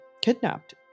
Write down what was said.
kidnapped